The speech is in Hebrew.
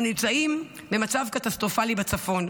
אנחנו נמצאים במצב קטסטרופלי בצפון.